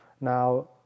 Now